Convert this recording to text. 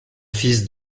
fils